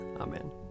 Amen